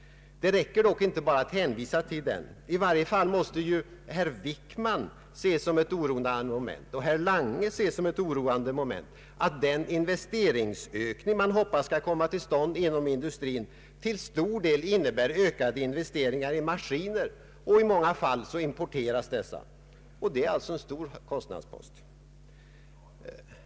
Det räcker emellertid inte med att bara hänvisa till den. I varje fall måste herr Wickman och herr Lange se som ett oroande moment att den investeringsökning, som man hoppas skall komma till stånd inom industrin, till stor del innebär ökade investeringar i maskiner. I många fall importeras dessa, och det är en stor kostnadspost.